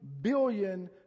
billion